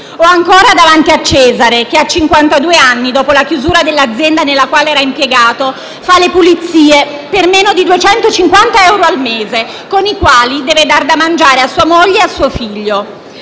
o ancora davanti a Cesare che a cinquantadue anni, dopo la chiusura dell'azienda nella quale era impiegato, fa le pulizie per meno di 250 euro al mese con i quali deve dare da mangiare a sua moglie e a suo figlio;